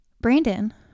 Brandon